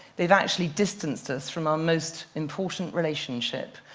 they've actually distanced us from our most important relationship,